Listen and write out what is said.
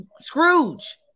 Scrooge